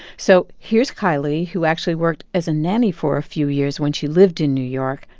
so here's kiley, who actually worked as a nanny for a few years when she lived in new york,